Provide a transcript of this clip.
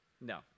No